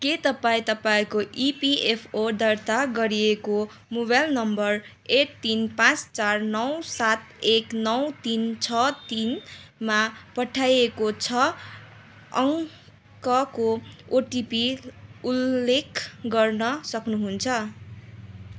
के तपाईँ तपाईँको इपिएफओ दर्ता गरिएको मोबाइल नम्बर एक तिन पाँच चार नौ सात एक नौ तिन छ तिनमा पठाइएको छ अङ्कको ओटिपी उल्लेख गर्न सक्नुहुन्छ